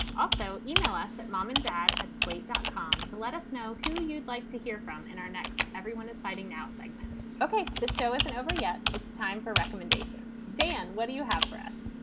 also, email us at mom and dad at slate dot com to let us know who you'd like to hear from in our next. everyone is fighting now segment, ok? ok? the show isn't over yet. it's time for recommendations. dan, what do you have for us?